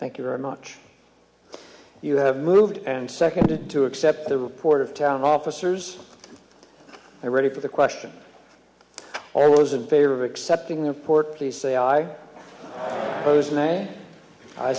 thank you very much you have moved and seconded to accept the report of town officers ready for the question or was in favor of accepting the port please say i